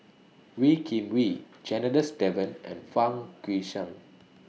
Wee Kim Wee Janadas Devan and Fang Guixiang